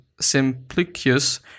Simplicius